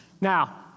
Now